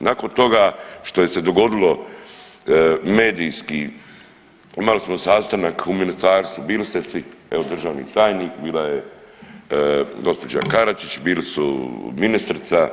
Nakon toga što je se dogodilo medijski, imali smo sastanak u ministarstvu bili ste svi, evo državni tajnik, bila je gospođa Karačić, bili su ministrica